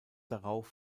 darauf